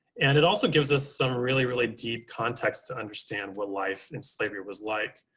and it also gives us some really, really deep context to understand what life in slavery was like.